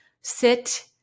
Sit